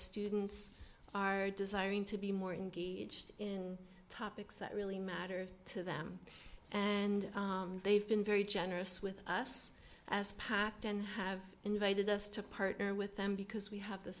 students are desiring to be more engaged in topics that really matter to them and they've been very generous with us as pact and have invited us to partner with them because we have the